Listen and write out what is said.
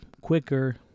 quicker